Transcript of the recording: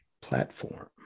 platform